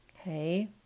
Okay